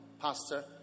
Pastor